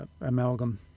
amalgam